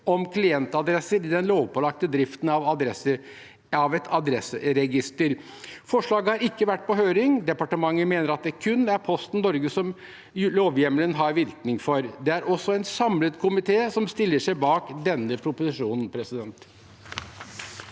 om klientadresser i den lovpålagte driften av et adresseregister. Forslaget har ikke vært på høring. Departementet mener at det kun er Posten Norge lovhjemmelen har virkning for. Det er også en samlet komité som stiller seg bak denne proposisjonen. Sve in